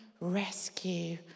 rescue